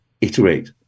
iterate